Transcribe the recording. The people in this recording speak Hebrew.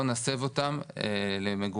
לא נסב אותם למגורים.